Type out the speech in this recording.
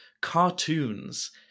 cartoons